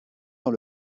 dans